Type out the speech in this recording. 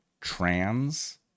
trans